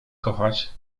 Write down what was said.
kochać